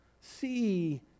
See